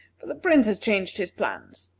for the prince has changed his plans.